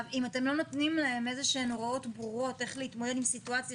אם אתם לא נותנים להם איזה שהן הוראות ברורות איך להתמודד עם סיטואציה